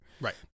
Right